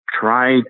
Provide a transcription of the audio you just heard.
try